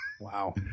Wow